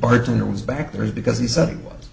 bartender was back there because the setting was